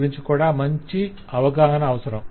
గురించి కూడా మంచి అవగాహన అవసరం